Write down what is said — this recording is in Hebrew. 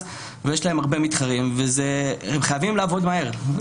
ויש להן הרבה מתחרים והן חייבות לעבוד מהר,